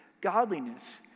godliness